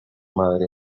madre